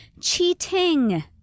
cheating